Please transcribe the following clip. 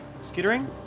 Skittering